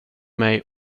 mig